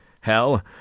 Hell